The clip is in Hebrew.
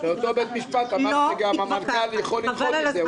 ואותו בית משפט אמר שגם המנכ"ל יכול לדחות את זה.